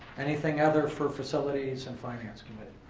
anything other for facilities and finance committee?